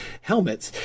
helmets